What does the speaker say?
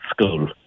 school